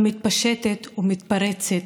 מתפשטת ומתפרצת,